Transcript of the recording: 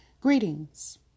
Greetings